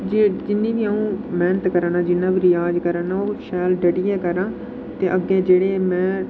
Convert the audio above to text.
जिन्नी बी अ'ऊं मेह्नत करा करना जिन्ना बी रियाज करा करना ओह् शैल डटियै करांऽ ते अग्गै जेह्ड़े में